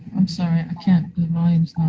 i'm sorry, i can't.